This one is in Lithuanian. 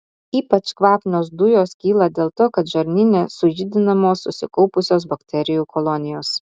ypač kvapnios dujos kyla dėl to kad žarnyne sujudinamos susikaupusios bakterijų kolonijos